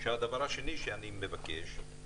הדבר השני שאני מבקש,